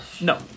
No